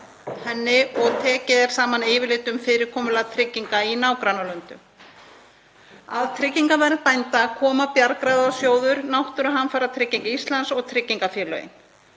henni og tekið er saman yfirlit um fyrirkomulag trygginga í nágrannalöndum. Að tryggingavernd bænda koma Bjargráðasjóður, Náttúruhamfaratrygging Íslands og tryggingafélögin.